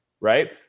Right